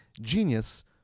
Genius